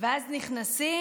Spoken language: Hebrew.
ואז נכנסים,